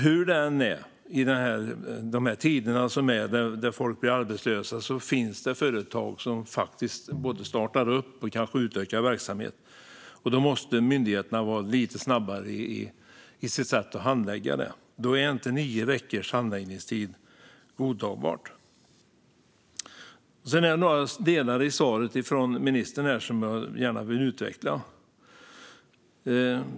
Hur det än är i dessa tider då folk blir arbetslösa finns det företag som både startar upp och utökar verksamhet, och då måste myndigheterna vara lite snabbare i sitt sätt att handlägga det. Då är nio veckors handläggningstid inte godtagbart. Det är några delar i svaret från ministern som jag gärna vill utveckla.